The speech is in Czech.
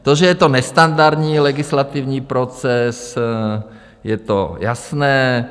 To, že je to nestandardní legislativní proces, to je jasné.